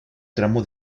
tramo